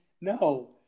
No